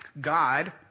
God